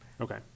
Okay